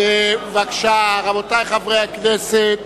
רבותי חברי הכנסת,